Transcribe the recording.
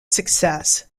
success